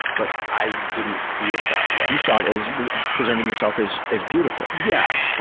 but i didn't see it that way. you saw it as presenting yourself as as beautiful. yeah. ah